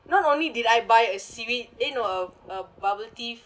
not only did I buy a seaweed eh no a a bubble tea